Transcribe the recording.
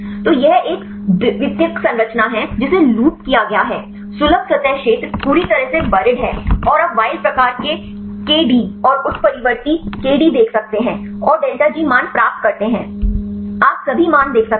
तो यह एक द्वितीयक संरचना है जिसे लूप किया गया है सुलभ सतह क्षेत्र पूरी तरह से बरीद है और आप वाइल्ड प्रकार के डी और उत्परिवर्ती के डी देख सकते हैं और डेल्टा जी मान प्राप्त करते हैं आप सभी मान देख सकते हैं